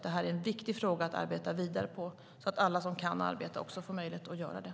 Det här är en viktig fråga att arbeta vidare med så att alla som kan arbeta också får möjlighet att göra det.